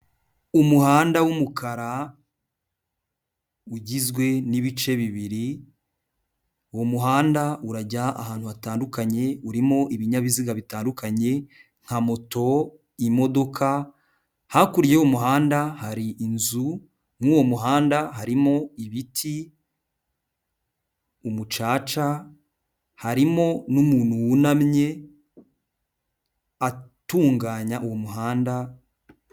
Umuhanda w'umukara, ugizwe n'ibice bibiri, uwo muhanda urajya ahantu hatandukanye, urimo ibinyabiziga bitandukanye, nka moto, imodoka, hakurya y'uwo muhanda hari inzu, muri uwo muhanda harimo ibiti, umucaca, harimo n'umutu wunamye, atunganya uwo umuhanda.